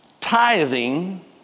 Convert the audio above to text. Tithing